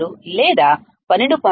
136లేదా 12